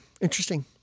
Interesting